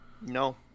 No